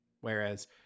Whereas